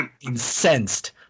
Incensed